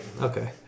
okay